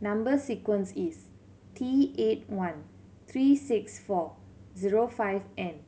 number sequence is T eight one three six four zero five N